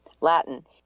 Latin